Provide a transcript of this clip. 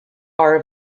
are